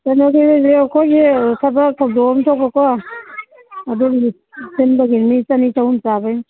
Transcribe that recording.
ꯑꯩꯈꯣꯏꯒꯤ ꯊꯕꯛ ꯊꯧꯗꯣꯛ ꯑꯃ ꯊꯣꯛꯄꯀꯣ ꯑꯗꯨꯒꯤ ꯁꯤꯟꯕꯒꯤ ꯃꯤ ꯆꯅꯤ ꯆꯍꯨꯝ ꯆꯥꯕꯒꯤꯅꯤ